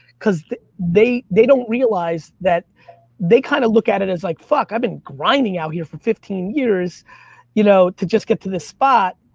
cause they they don't realize that they kinda look at it as like, fuck, i've been grinding out here for fifteen years you know to just get to this spot.